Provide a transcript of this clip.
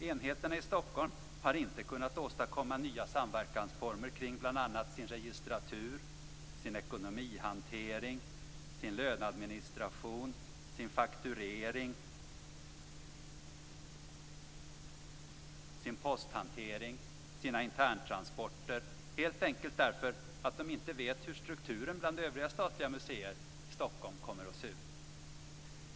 Enheterna i Stockholm har inte kunnat åstadkomma nya samverkansformer kring bl.a. sin registratur, sin ekonomihantering, sin löneadministration, sin fakturering, sin posthantering och sina interntransporter helt enkelt därför att de inte vet hur strukturen bland övriga statliga museer i Stockholm ser ut.